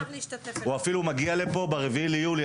הוא אפילו מגיע לפה ב-4 ליולי.